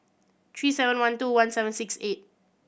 three seven one two one seven six eight